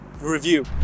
review